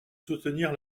soutenir